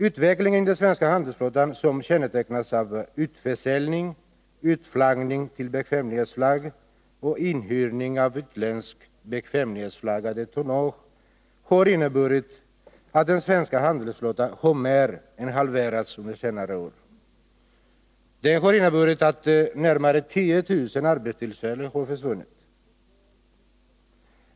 Utvecklingen inom den svenska handelsflottan, som kännetecknas av utförsäljning, utflaggning till bekvämlighetsflagg och inhyrning av utländskt bekvämlighetsflaggat tonnage, har inneburit att den svenska handelsflottan har minskats till mindre än hälften under senare år. Det har inneburit att närmare 10 000 arbetstillfällen har försvunnit.